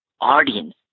audience